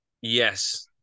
Yes